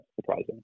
surprising